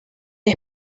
que